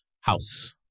house